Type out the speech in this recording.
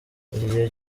igihe